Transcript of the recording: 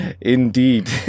indeed